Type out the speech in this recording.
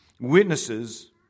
Witnesses